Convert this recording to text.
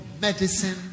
medicine